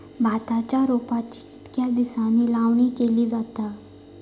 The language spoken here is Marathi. भाताच्या रोपांची कितके दिसांनी लावणी केली जाता?